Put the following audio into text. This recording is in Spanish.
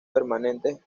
permanente